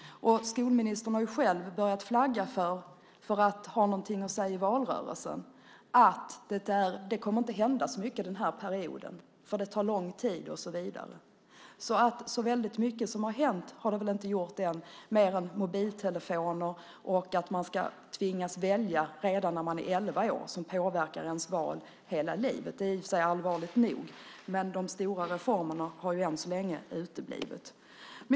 Skolministern har ju själv börjat flagga för, för att ha något att säga i valrörelsen, att det inte kommer att hända så mycket under den här perioden, för det tar lång tid och så vidare. Så väldigt mycket har det väl inte hänt än mer än detta med mobiltelefoner och att man ska tvingas välja redan när man är elva år, något som påverkar ens val hela livet. Det är i och för sig allvarligt nog. De stora reformerna har ju än så länge uteblivit.